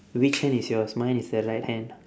which hand is yours mine is the right hand